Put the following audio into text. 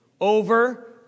over